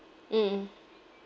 mm mm